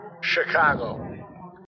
Chicago